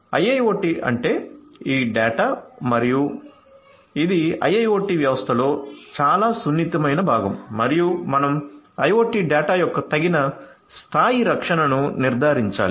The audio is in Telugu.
IIoT అంటే ఈ డేటా మరియు ఇది IIoT వ్యవస్థలలో చాలా సున్నితమైన భాగం మరియు మనం IOT డేటా యొక్క తగిన స్థాయి రక్షణను నిర్ధారించాలి